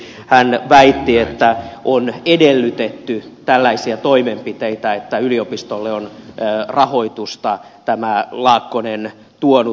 hän väitti että on edellytetty tällaisia toimenpiteitä että yliopistolle on rahoitusta tämä laakkonen tuonut